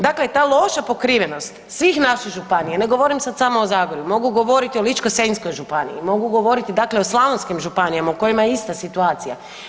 Dakle, ta loša pokrivenost svih naših županija, ne govorim sad samo o Zagorju, mogu govoriti o Ličko-senjskoj županiji, mogu govoriti dakle o slavonskim županijama u kojima je ista situacija.